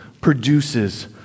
produces